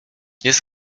jest